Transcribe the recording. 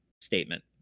statement